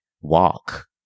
walk